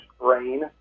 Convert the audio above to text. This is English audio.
brain